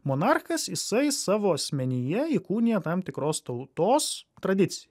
monarchas jisai savo asmenyje įkūnija tam tikros tautos tradiciją